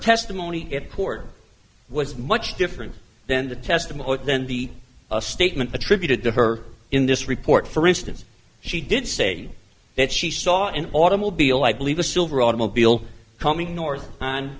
testimony in court was much different then the testimony then the a statement attributed to her in this report for instance she did say that she saw an automobile i believe a silver automobile coming north on